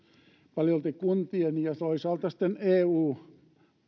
paljolti kuntien ja toisaalta sitten eu